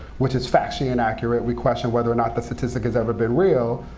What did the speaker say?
which is factually inaccurate. we question whether or not that statistic has ever been real.